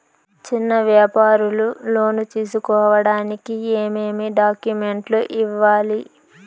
చిన్న వ్యాపారులు లోను తీసుకోడానికి ఏమేమి డాక్యుమెంట్లు ఇవ్వాలి?